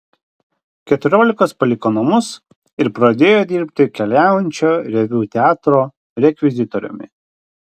keturiolikos paliko namus ir pradėjo dirbti keliaujančio reviu teatro rekvizitoriumi